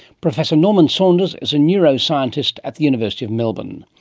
professor norman saunders is a neuroscientist at the university of melbourne.